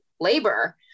labor